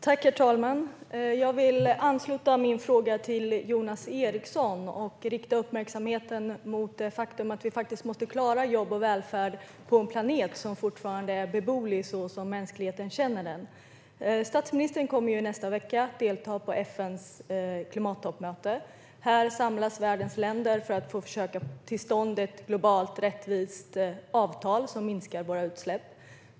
Herr talman! Jag vill ansluta min fråga till Jonas Erikssons och rikta uppmärksamheten mot det faktum att vi faktiskt måste klara jobb och välfärd på en planet som fortfarande är beboelig så som mänskligheten känner den. Statsministern kommer i nästa vecka att delta på FN:s klimattoppmöte. Här samlas världens länder för att försöka få till stånd ett globalt och rättvist avtal som minskar våra utsläpp.